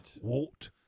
Walt